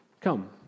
come